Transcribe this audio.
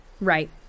right